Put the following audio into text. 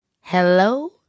Hello